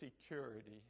security